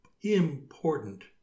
important